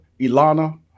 Ilana